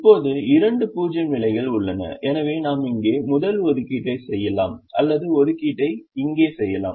இப்போது இரண்டு 0 நிலைகள் உள்ளன எனவே நாம் இங்கே முதல் ஒதுக்கீட்டை செய்யலாம் அல்லது ஒதுக்கீட்டை இங்கே செய்யலாம்